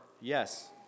yes